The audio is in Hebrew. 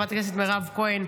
חברת הכנסת מירב כהן,